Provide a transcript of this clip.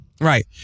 Right